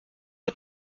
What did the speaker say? aux